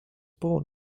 born